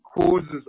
causes